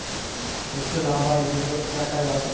ಹೆಚ್ಚು ಲಾಭಾಯಿದುದು ತರಕಾರಿ ಯಾವಾದು?